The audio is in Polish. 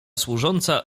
służąca